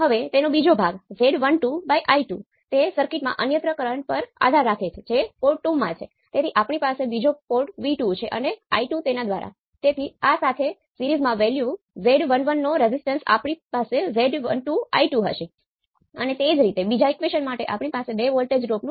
હવે જો તમને યાદ હોય તો સર્કિટ સાથે આવવા માટે આપણે શરૂઆતમાં ગેઇન A0 નું મૂલ્ય ∞ તરફ જવાનું વલણ ધરાવે છે